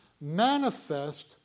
manifest